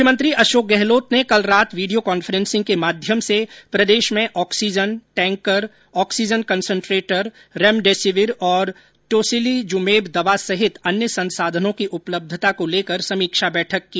मुख्यमंत्री अशोक गहलोत ने कल रात वीडियो कॉन्फ्रेंस के माध्यम से प्रदेश में oxygen tanker oxygen concentrator remdesivir और टोसिलीजुमेब दवा सहित अन्य संसाधनों की उपलब्यता को लेकर समीक्षा बैठक की